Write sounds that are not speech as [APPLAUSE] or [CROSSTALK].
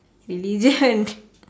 religion [LAUGHS]